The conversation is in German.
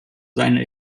seine